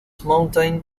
mountain